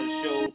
show